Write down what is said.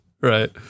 Right